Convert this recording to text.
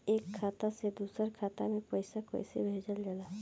एक खाता से दूसरा खाता में पैसा कइसे भेजल जाला?